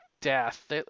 Death